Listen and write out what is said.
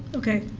okay,